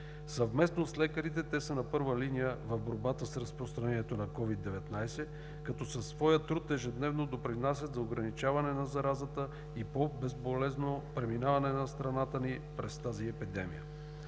Съвместно с лекарите те са на първа линия в борбата с разпространението на COVID-19 и със своя труд ежедневно допринасят за ограничаване на заразата и по-безболезнено преминаване на страната ни през тази епидемия.